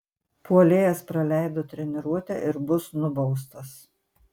puolėjas praleido treniruotę ir bus nubaustas